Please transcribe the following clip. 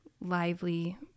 lively